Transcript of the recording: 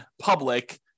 public